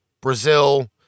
Brazil